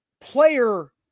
player